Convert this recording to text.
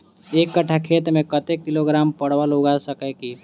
एक कट्ठा खेत मे कत्ते किलोग्राम परवल उगा सकय की??